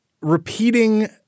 repeating